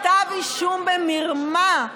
כתב אישום במרמה,